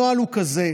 הנוהל הוא כזה: